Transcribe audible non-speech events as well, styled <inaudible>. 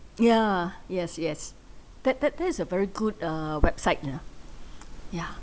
yeah yes yes that that that is a very good uh website <noise> yeah